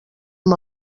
amb